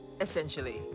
essentially